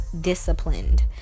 disciplined